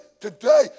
today